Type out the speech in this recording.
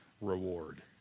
reward